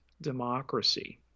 democracy